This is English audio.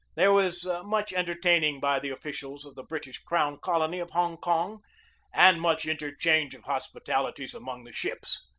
there was much entertaining by the officials of the british crown colony of hong kong and much interchange of hospi talities among the ships.